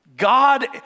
God